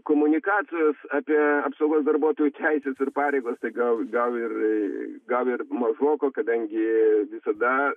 komunikacijos apie apsaugos darbuotojų teises ir pareigas tai gal gal ir gal ir mažoka kadangi visada